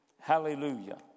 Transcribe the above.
Hallelujah